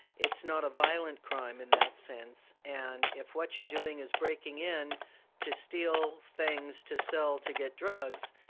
it's not a violent crime in that sense, and if what you're doing is breaking in to steal things to sell to get drugs,